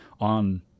on